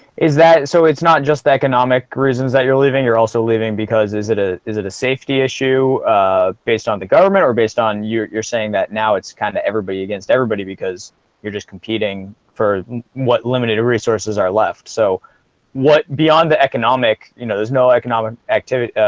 is that so it's not just economic reasons that you're leaving you're also leaving because is it a is it a safety issue ah based on the government were based on you're you're saying that now it's kind of everybody against everybody because you're just competing for what limited resources are left, so what beyond the economic you know there's no economic activity